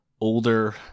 older